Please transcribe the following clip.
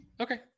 Okay